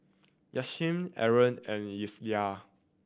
Yasmin Aaron and Elyas